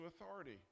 authority